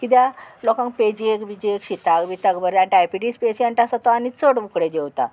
कित्याक लोकांक पेजेक बिजेक शिताक बिताक बरें आनी डायबिटीज पेशंट आसा तो आनी चड उकडें जेवता